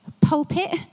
pulpit